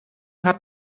hat